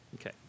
Okay